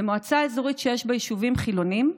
במועצה אזורית שיש בה יישובים חילוניים,